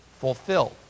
fulfilled